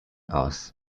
aus